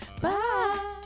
Bye